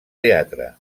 teatre